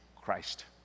Christ